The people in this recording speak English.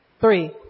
Three